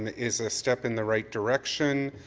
is a step in the right direction.